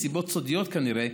מסיבות סודיות כנראה,